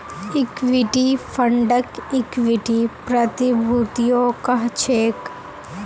equity फंडक equity प्रतिभूतियो कह छेक